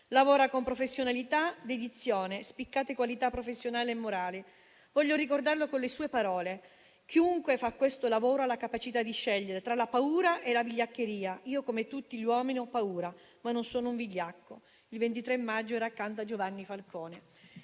Lavora con professionalità, dedizione, spiccate qualità professionali e morali. Voglio ricordarlo con le sue parole: «Chiunque fa questo lavoro ha la capacità di scegliere tra la paura e la vigliaccheria. (...) Io, come tutti gli uomini, ho paura indubbiamente, ma non sono un vigliacco». Il 23 maggio era accanto a Giovanni Falcone.